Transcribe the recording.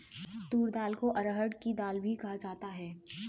तूर दाल को अरहड़ की दाल भी कहा जाता है